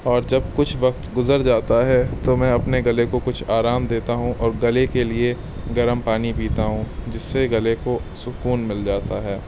اور جب کچھ وقت گزر جاتا ہے تو میں اپنے گلے کو کچھ آرام دیتا ہوں اور گلے کے لیے گرم پانی پیتا ہوں جس سے گلے کو سکون مل جاتا ہے